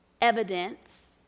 evidence